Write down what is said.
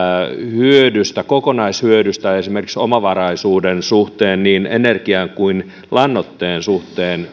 hyödystä kokonaishyödystä esimerkiksi omavaraisuuden suhteen niin energian kuin lannoitteen suhteen